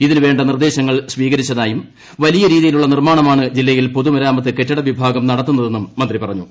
ഇതിനു വേണ്ട നിർദ്ദേശങ്ങൾ സ്വീകരിച്ചതായും വലിയ രീതിയിലുള്ള നിർമാണമാണ് ജില്ലയിൽ പൊതുമരാമത്ത് കെട്ടിട വിഭാഗം നടത്തുന്നതെന്നും മന്ത്രി പറഞ്ഞു